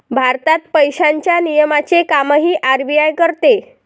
भारतात पैशांच्या नियमनाचे कामही आर.बी.आय करते